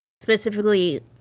Specifically